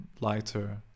lighter